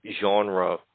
genre